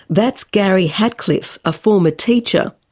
that's gary hatcliffe, a former teacher.